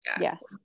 yes